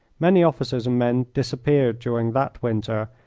many officers and men disappeared during that winter,